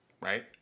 right